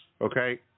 Okay